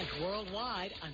worldwide